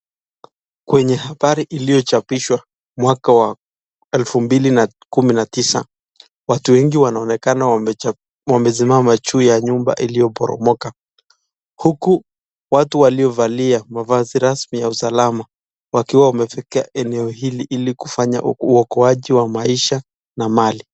Kwenye habari iliyochapishwa mwaka wa 2019, watu wengi wanaonekana wamesimama juu ya nyumba iliyoboromoka huku watu waliovalia mavazi rasmi ya usalama wakiwa wamefika eneo hili ili kufanya uokoaji wa maisha na mali.